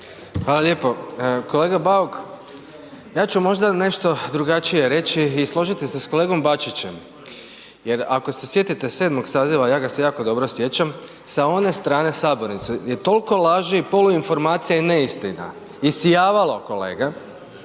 Hvala lijepo. Kolega Bauk, ja ću možda nešto drugačije reći i složiti se sa kolegom Bačićem. Jer ako se sjetite 7. saziva, ja ga se jako dobro sjećam sa one strane sabornice je toliko laži i poluinformacija i neistina isijavalo kolega